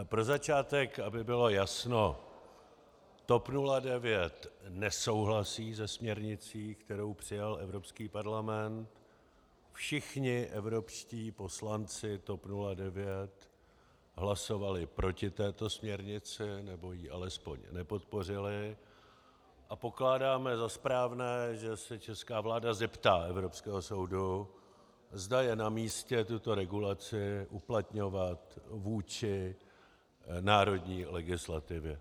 Pro začátek, aby bylo jasno, TOP 09 nesouhlasí se směrnicí, kterou přijal Evropský parlament, všichni evropští poslanci TOP 09 hlasovali proti této směrnici nebo ji alespoň nepodpořili a pokládáme za správné, že se česká vláda zeptá Evropského soudu, zda je namístě tuto regulaci uplatňovat vůči národní legislativě.